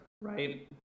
right